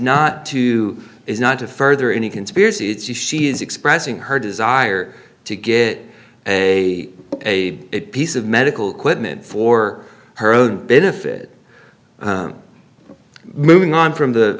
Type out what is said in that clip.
not to is not to further any conspiracy it's you she is expressing her desire to get a a piece of medical quitman for her own benefit moving on from the